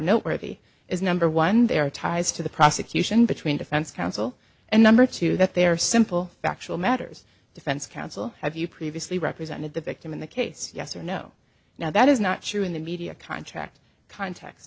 noteworthy is number one they are ties to the prosecution between defense counsel and number two that there are simple factual matters defense counsel have you previously represented the victim in the case yes or no now that is not true in the media contract cont